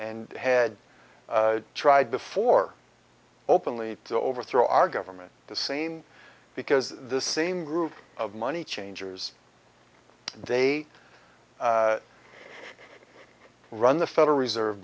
and had tried before openly to overthrow our government the same because the same group of money changers they run the federal reserve